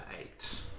eight